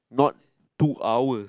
not two hours